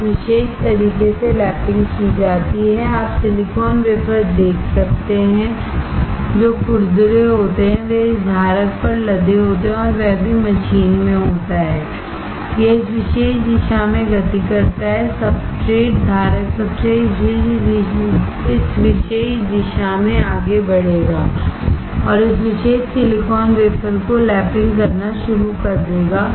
इस विशेष तरीके से लैपिंग की जाती है आप सिलिकॉन वेफर्स देख सकते हैं जो खुरदरे होते हैं वे इस धारक पर लदे होते हैं और वह भी मशीन में होता है यह इस विशेष दिशा में गति करता है सब्सट्रेट धारक सब्सट्रेट इस विशेष दिशा में आगे बढ़ेगा और इस विशेष सिलिकॉन वेफर को लैपिंग करना शुरू कर देगा